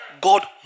God